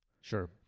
Sure